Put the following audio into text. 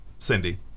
Cindy